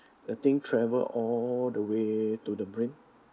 I think travel all the way to the brain